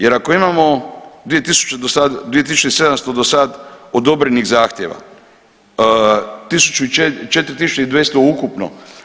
Jer ako imamo 2700 do sad odobrenih zahtjeva, 4200 ukupno.